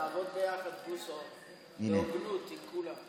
נעבוד ביחד, בוסו, בהוגנות עם כולם.